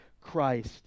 christ